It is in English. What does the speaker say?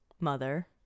Mother